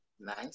nice